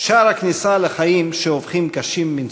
שער הכניסה לחיים שהופכים קשים מנשוא.